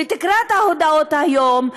ותקרא את ההודעות היום,